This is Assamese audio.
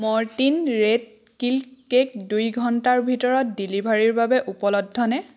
মৰ্টিন ৰেট কিল কে'ক ' দুই ঘণ্টাৰ ভিতৰত ডেলিভাৰীৰ বাবে উপলব্ধনে